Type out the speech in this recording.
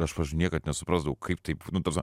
aš pavyzdžiui niekad nesupratau kaip taip nu ta prasme